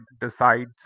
decides